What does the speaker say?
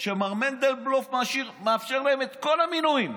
שמר מנדלבלוף מאפשר להם את כל המינויים?